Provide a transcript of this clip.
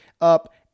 up